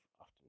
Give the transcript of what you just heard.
often